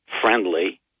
friendly